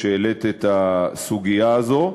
שהעלית את הסוגיה הזו.